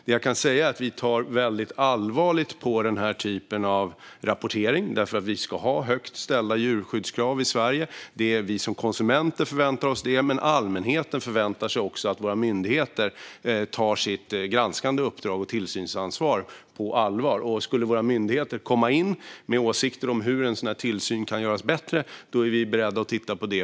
Det jag kan säga är att vi tar allvarligt på denna typ av rapportering, för vi ska ha högt ställda djurskyddskrav i Sverige. Vi konsumenter förväntar oss detta, och allmänheten förväntar sig att våra myndigheter tar sitt granskande uppdrag och tillsynsansvar på allvar. Om våra myndigheter skulle komma in med åsikter om hur en tillsyn kan göras bättre är vi i regeringen beredda att titta på det.